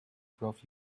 brought